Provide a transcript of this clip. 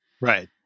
Right